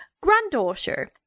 granddaughter